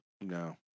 No